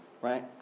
Right